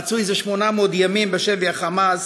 הנמצא זה 800 ימים בשבי ה"חמאס",